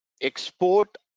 export